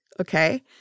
okay